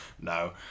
No